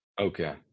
okay